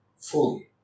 fully